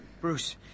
Bruce